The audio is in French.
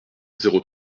zéro